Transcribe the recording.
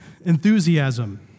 Enthusiasm